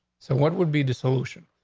so what would be the solution?